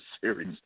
series